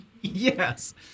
yes